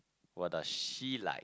what does she like